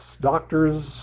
doctors